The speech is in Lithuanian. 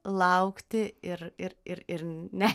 laukti ir ir ir ir ne